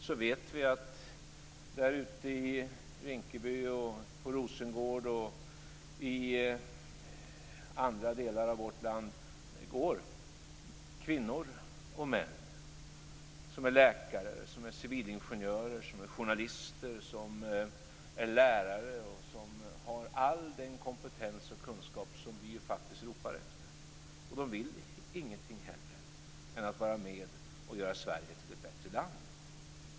Vi vet att det där ute i Rinkeby, i Rosengård och i andra delar av vårt land går kvinnor och män som är läkare, civilingenjörer, journalister och lärare och som har all den kompetens och kunskap som vi faktiskt ropar efter, och de vill ingenting hellre än att vara med och göra Sverige till ett bättre land.